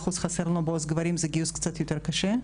14% חסר לנו בעו"ס גברים, זה גיוס קצת יותר קשה,